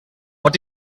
what